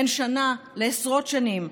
בין שנה לעשרות שנים,